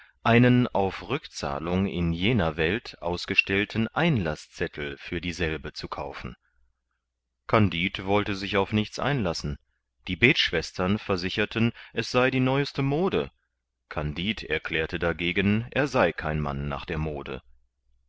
einen auf rückzahlung in jener welt ausgestellten einlaßzettel für dieselbe zu kaufen kandid wollte sich auf nichts einlassen die betschwestern versicherten es sei die neueste mode kandid erklärte dagegen er sei kein mann nach der mode